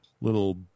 little